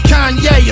Kanye